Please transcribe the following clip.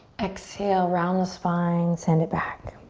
exhale, round the spine, send it back.